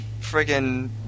friggin